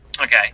Okay